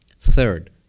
Third